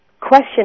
question